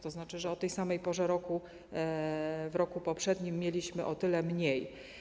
To znaczy, że o tej samej porze w roku poprzednim mieliśmy o tyle mniej.